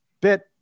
bit